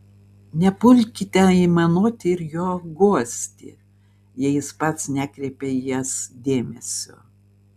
nepulkite aimanuoti ir jo guosti jei jis pats nekreipia į jas dėmesio